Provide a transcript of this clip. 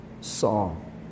song